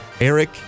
Eric